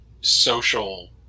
social